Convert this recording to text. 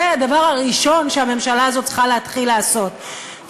זה הדבר הראשון שהממשלה הזאת צריכה להתחיל לעשות.